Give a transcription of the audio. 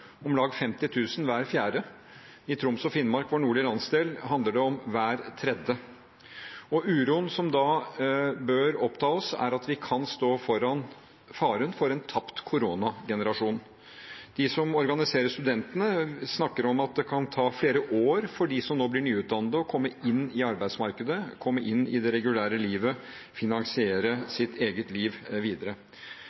om lag 50 000, hver fjerde. I Troms og Finnmark, vår nordlige landsdel, handler det om hver tredje. Uroen som da bør oppta oss, er at vi kan stå foran faren for en tapt koronagenerasjon. De som organiserer studentene, snakker om at det kan ta flere år for dem som nå blir nyutdannet, å komme inn i arbeidsmarkedet, komme inn i det regulære livet, finansiere